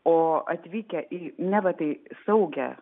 o atvykę į neva tai saugią